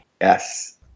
Yes